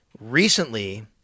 recently